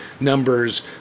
numbers